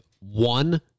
one